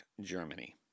Germany